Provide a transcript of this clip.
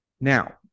Now